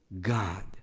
God